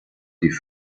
die